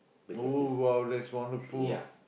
oh !wow! that's wonderful